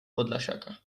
podlasiaka